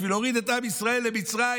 בשביל להוריד את עם ישראל למצרים,